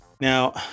Now